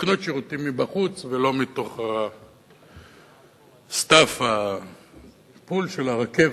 לקנות שירותים מבחוץ ולא מתוך ה-staff pool של הרכבת,